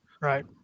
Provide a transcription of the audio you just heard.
Right